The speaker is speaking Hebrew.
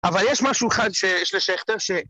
‫אבל יש משהו אחד של שכטר ש...